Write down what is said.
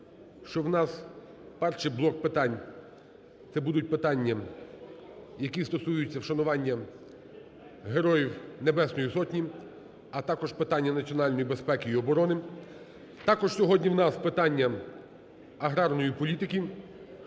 в нас перший блок питань. Це будуть питання, які стосуються вшанування Героїв Небесної Сотні, а також питання національної безпеки і оброни. Також сьогодні в нас питання аграрної політики